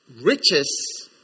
Riches